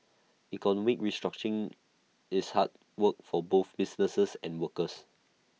economic restructuring is hard work for both businesses and workers